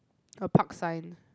a park sign